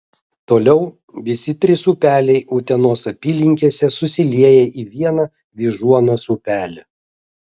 toliau visi trys upeliai utenos apylinkėse susilieja į vieną vyžuonos upelį